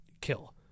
kill